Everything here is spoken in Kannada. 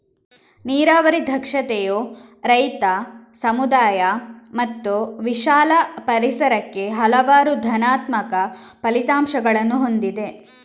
ನೀರಾವರಿ ದಕ್ಷತೆಯು ರೈತ, ಸಮುದಾಯ ಮತ್ತು ವಿಶಾಲ ಪರಿಸರಕ್ಕೆ ಹಲವಾರು ಧನಾತ್ಮಕ ಫಲಿತಾಂಶಗಳನ್ನು ಹೊಂದಿದೆ